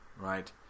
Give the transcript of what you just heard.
right